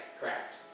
Correct